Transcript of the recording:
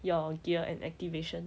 your gear and activation